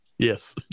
Yes